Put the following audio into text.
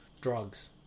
drugs